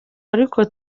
ariko